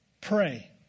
pray